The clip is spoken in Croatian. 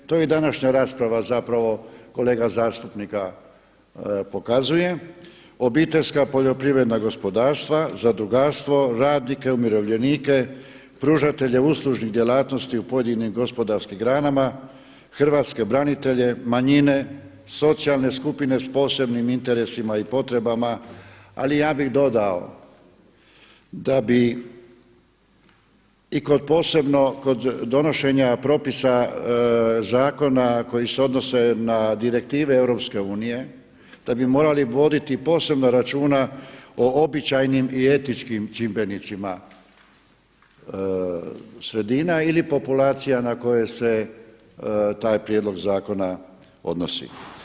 To je i današnja rasprava zapravo kolega zastupnika pokazuje, obiteljska poljoprivredna gospodarstva, zadrugarstvo, radnike, umirovljenike, pružatelje uslužnih djelatnosti u pojedinim gospodarskim granama, hrvatske branitelje, manjine, socijalne skupine s posebnim interesima i potrebama ali ja bih dodao da bi i kod posebno, kod donošenja propisa zakona koji se odnose na direktive EU, da bi morali voditi posebno računa o običajnim i etičkim čimbenicima sredina ili populacija na koje se taj prijedlog zakona odnosi.